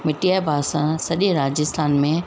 मिटीअ जा बासण सॼे राजस्थान में